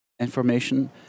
information